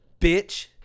Bitch